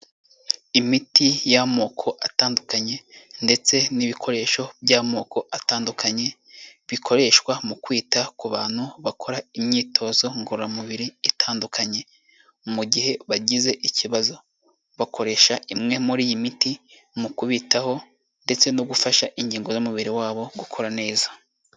Imiti y'amoko atandukanye, ndetse n'ibikoresho by'amoko atandukanye, bikoreshwa mu kwita ku bantu bakora imyitozo ngororamubiri itandukanye mu gihe bagize ikibazo, bakoresha imwe muri iyi miti mu kubitaho, ndetse no gufasha ingingo y'umubiri wabo gukora neza.